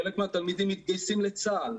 חלק מהתלמידים מתגייסים לצה"ל,